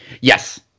Yes